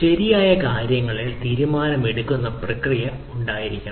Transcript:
ശരിയായ കാര്യങ്ങളിൽ തീരുമാനമെടുക്കുന്ന പ്രക്രിയ ഉണ്ടായിരിക്കണം